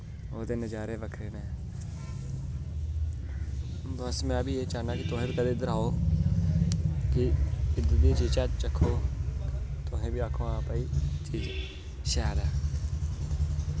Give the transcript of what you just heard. ओह्दे तां नजारे बक्खरे न ते बस में बी एह् चाह्न्ना कि तुस बी कदें इद्धर आओ कि एह् जेही चीजां चक्खो ते तुस बी आक्खो कि हां भई कि एह् चीज शैल ऐ